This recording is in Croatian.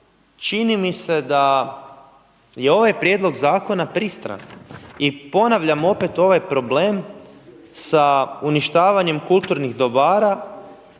čini mi se da je ovaj prijedlog zakona pristran i ponavljam opet ovaj problem s uništavanjem kulturnih dobara